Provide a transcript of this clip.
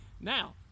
Now